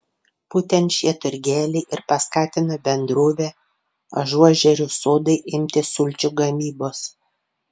būtent šie turgeliai ir paskatino bendrovę ažuožerių sodai imtis sulčių gamybos